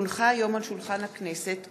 כי הונחה היום על שולחן הכנסת,